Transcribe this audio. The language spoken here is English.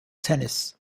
tennis